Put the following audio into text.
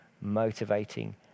motivating